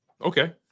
Okay